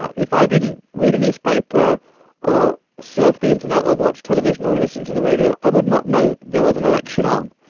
if i didn't read a newspaper or surf the internet or watch television or listen to the radio, i would not know there was an election on.